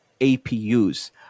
apus